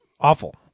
awful